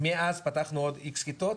מאז פתחנו עוד איקס כיתות,